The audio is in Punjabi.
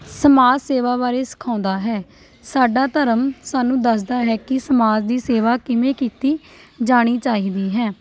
ਸਮਾਜ ਸੇਵਾ ਬਾਰੇ ਸਿਖਾਉਂਦਾ ਹੈ ਸਾਡਾ ਧਰਮ ਸਾਨੂੰ ਦੱਸਦਾ ਹੈ ਕਿ ਸਮਾਜ ਦੀ ਸੇਵਾ ਕਿਵੇ ਕੀਤੀ ਜਾਣੀ ਚਾਹੀਦੀ ਹੈ